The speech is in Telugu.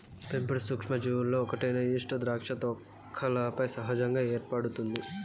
పెంపుడు సూక్ష్మజీవులలో ఒకటైన ఈస్ట్ ద్రాక్ష తొక్కలపై సహజంగా ఏర్పడుతుంది